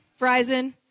Verizon